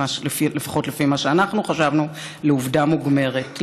לפחות לפי מה שאנחנו חשבנו, לעובדה מוגמרת.